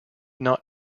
not